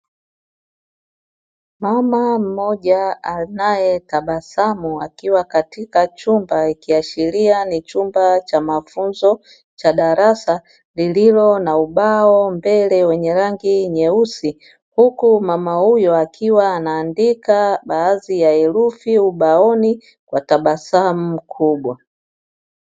Mama mmoja anaye tabasamu akiwa katika chumba ikiashiria ni chumba cha mafunzo cha darasa lililo na ubao mbele wenye rangi nyeusi. Huku mama huyo akiwa anaandika baadhi ya herufi ubaoni kwa tabasamu kubwa.